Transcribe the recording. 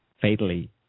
fatally